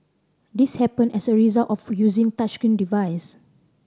this happened as a result of using touchscreen device